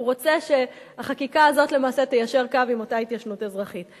הוא רוצה שהחקיקה הזאת למעשה תיישר קו עם אותה התיישנות אזרחית.